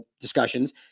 discussions